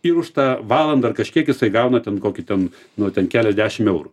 ir už tą valandą ar kažkiek jisai gauna ten kokį ten nu ten keliasdešim eurų